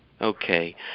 Okay